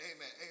Amen